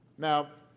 now,